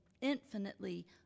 infinitely